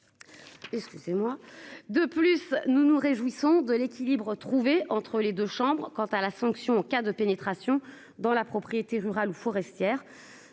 De plus, nous nous réjouissons de l'équilibre trouvé entre les deux chambres. Quant à la sanction en cas de pénétration dans la propriété rurale forestière